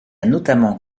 notamment